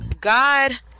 God